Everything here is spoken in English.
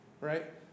right